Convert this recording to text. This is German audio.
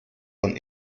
von